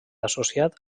associat